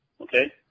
Okay